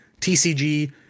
TCG